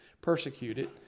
persecuted